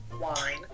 wine